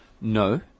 No